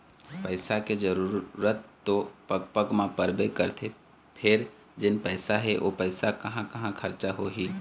पइसा के जरूरत तो पग पग म परबे करथे फेर जेन पइसा हे ओ पइसा कहाँ कहाँ खरचा होही